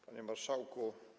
Panie Marszałku!